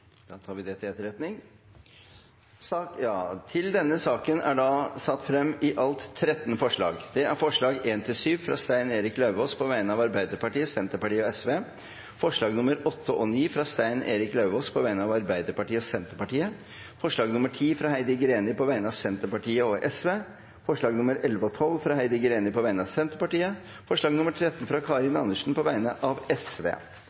Da tar vi det til etterretning. Under debatten er det satt frem i alt 13 forslag. Det er forslagene nr. 1–7, fra Stein Erik Lauvås på vegne av Arbeiderpartiet, Senterpartiet og Sosialistisk Venstreparti forslagene nr. 8 og 9, fra Stein Erik Lauvås på vegne av Arbeiderpartiet og Senterpartiet forslag nr. 10, fra Heidi Greni på vegne av Senterpartiet og Sosialistisk Venstreparti forslagene nr. 11 og 12, fra Heidi Greni på vegne av Senterpartiet forslag nr. 13, fra Karin Andersen på vegne av